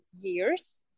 years